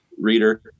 reader